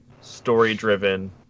story-driven